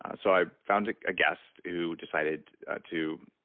ah so i found a ah guest who decided to,